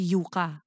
Yuka